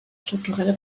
strukturelle